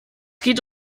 geht